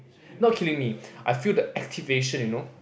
not killing me I feel the activation you know